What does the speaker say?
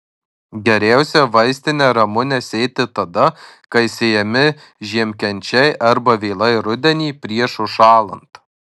geriausia vaistinę ramunę sėti tada kai sėjami žiemkenčiai arba vėlai rudenį prieš užšąlant